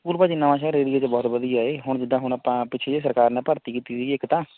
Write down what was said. school ਭਾ ਜੀ Nawanshahr ਏਰੀਏ 'ਚ ਬਹੁਤ ਵਧੀਆ ਏ ਹੁਣ ਜਿੱਦਾਂ ਹੁਣ ਆਪਾਂ ਪਿੱਛੇ ਜੇ ਸਰਕਾਰ ਨੇ ਭਰਤੀ ਕੀਤੀ ਸੀਗੀ ਇੱਕ ਤਾਂ